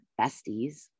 besties